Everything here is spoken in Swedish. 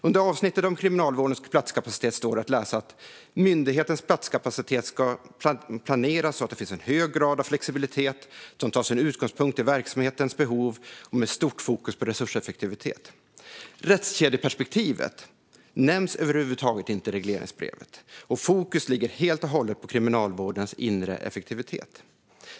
Under avsnittet om Kriminalvårdens platskapacitet står det att läsa att myndighetens platskapacitet ska planeras så att det finns en hög grad av flexibilitet som tar sin utgångspunkt i verksamhetens behov och med stort fokus på resurseffektivitet. Rättskedjeperspektivet nämns över huvud taget inte i regleringsbrevet, och fokus ligger helt och hållet på Kriminalvårdens inre effektivitet.